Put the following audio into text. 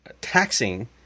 taxing